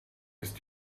ist